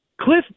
cliff